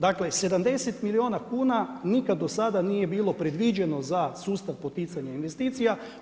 Dakle, 70 milijuna kuna nikad do sada nije bilo predviđeno za sustav poticanja investicija.